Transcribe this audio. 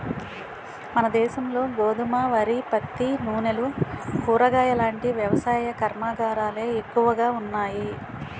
మనదేశంలో గోధుమ, వరి, పత్తి, నూనెలు, కూరగాయలాంటి వ్యవసాయ కర్మాగారాలే ఎక్కువగా ఉన్నాయి